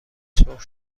سرخ